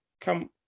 come